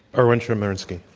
erwin chemerinsky.